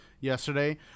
yesterday